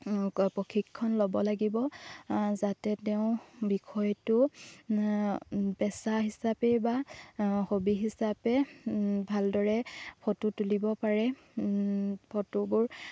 প্ৰশিক্ষণ ল'ব লাগিব যাতে তেওঁ বিষয়টো পেচা হিচাপে বা হবি হিচাপে ভালদৰে ফটো তুলিব পাৰে ফটোবোৰ